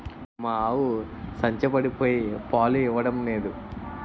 మా ఆవు సంచపడిపోయి పాలు ఇవ్వడం నేదు